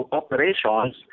operations